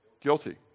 guilty